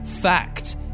Fact